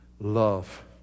love